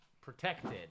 Protected